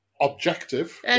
objective